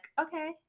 okay